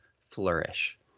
flourish